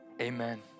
Amen